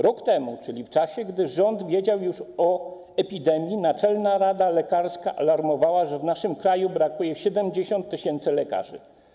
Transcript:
Rok temu, czyli w czasie, gdy rząd wiedział już o epidemii, Naczelna Rada Lekarska alarmowała, że w naszym kraju brakuje 70 tys. lekarzy.